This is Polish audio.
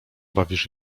bawisz